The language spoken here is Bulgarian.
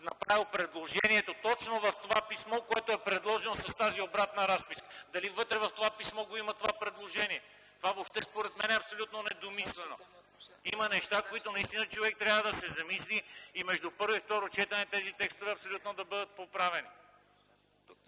направил предложението точно в това писмо, което е предложено с тази обратна разписка? Дали вътре в това писмо го има това предложение? Това според мен е абсолютно недомислено. Има неща, за които човек трябва да се замисли и между първо и второ четене тези текстове абсолютно да бъдат поправени!